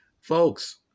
Folks